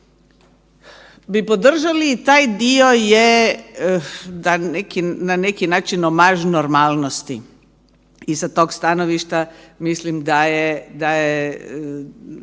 bi podržali i taj dio je na neki način nomaž normalnosti i sa tog stanovišta mislim da je